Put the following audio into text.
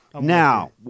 Now